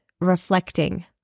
reflecting